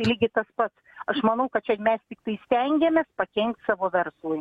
lygiai tas pats aš manau kad čia mes tiktai stengiamės pakenkt savo verslui